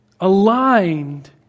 aligned